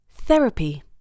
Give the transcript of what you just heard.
Therapy